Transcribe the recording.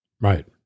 Right